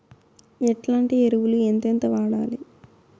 ఎట్లాంటి ఎరువులు ఎంతెంత వాడాలి?